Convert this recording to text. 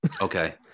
okay